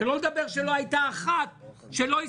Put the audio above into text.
שלא לדבר שלא הייתה אחת --- גפני,